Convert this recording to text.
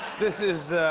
this is,